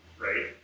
right